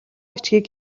бичгийг